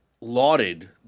lauded